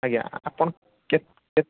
ଆଜ୍ଞା ଆପଣ କେତ୍ କେତ୍